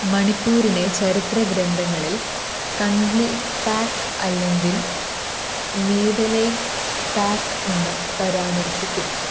മണിപ്പൂരിനെ ചരിത്ര ഗ്രന്ഥങ്ങളിൽ കംഗ്ലീ പാക്ക് അല്ലെങ്കിൽ മീതെലെയ് പാക്ക് എന്ന് പരാമർശിക്കുന്നു